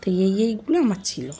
তো এই এইগুলো আমার ছিলো